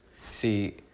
See